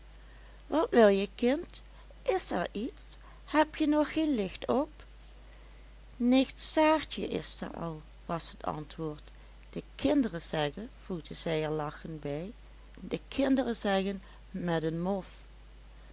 wat wilje kind is er iets hebje nog geen licht op nicht saartje is daar al was het antwoord de kinderen zeggen voegde zij er lachend bij de kinderen zeggen met een mof